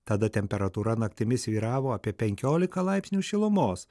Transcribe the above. tada temperatūra naktimis svyravo apie penkiolika laipsnių šilumos